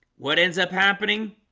what ends up happening